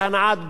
בהנעת גוף,